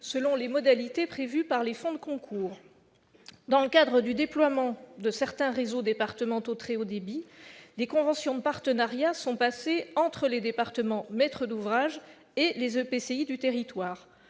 selon les modalités prévues par les fonds de concours. Dans le cadre du déploiement de certains réseaux départementaux de très haut débit, des conventions de partenariat sont passées entre les départements, maîtres d'ouvrage, et les EPCI du territoire.